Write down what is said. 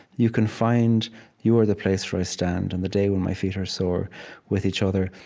you can find you're the place where i stand on the day when my feet are sore with each other.